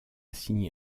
signé